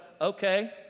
okay